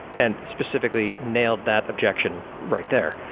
and specifically nailed that objection right there.